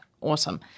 awesome